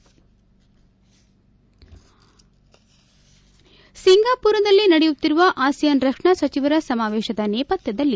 ಸು ಸಿಂಗಾಪೂರದಲ್ಲಿ ನಡೆಯುತ್ತಿರುವ ಅಸಿಯಾನ್ ರಕ್ಷಣಾ ಸಚಿವರ ಸಮಾವೇಶದ ನೇಪಥ್ಲದಲ್ಲಿ